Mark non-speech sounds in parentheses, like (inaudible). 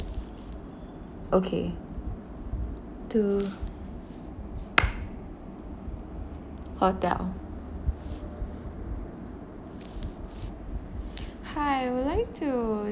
okay to (noise) hotel hi I would like to